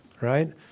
right